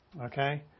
okay